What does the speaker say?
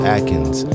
Atkins